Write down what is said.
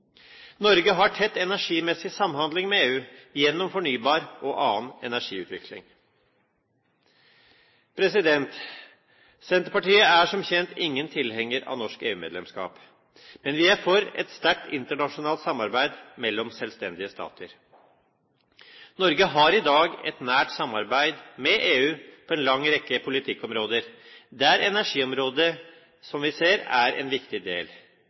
Norge har tett energimessig samhandling med EU gjennom fornybar og annen energiutvikling. Senterpartiet er som kjent ingen tilhenger av norsk EU-medlemskap, men vi er for et sterkt internasjonalt samarbeid mellom selvstendige stater. Norge har i dag et nært samarbeid med EU på en lang rekke politikkområder, der energiområdet, som vi ser, er en viktig del.